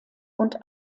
und